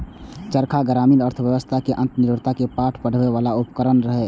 चरखा ग्रामीण अर्थव्यवस्था कें आत्मनिर्भरता के पाठ पढ़बै बला उपकरण रहै